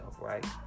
right